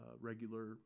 regular